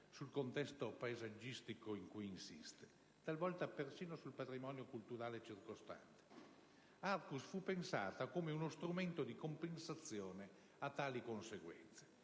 sul contesto paesaggistico in cui insiste e, talvolta, persino sul patrimonio culturale circostante. Arcus fu pensata come strumento di compensazione a tali conseguenze,